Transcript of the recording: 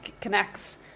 connects